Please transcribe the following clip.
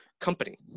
company